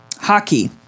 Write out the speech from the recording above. hockey